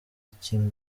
gutyo